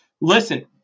Listen